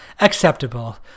acceptable